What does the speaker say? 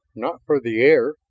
not for the air,